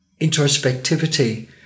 introspectivity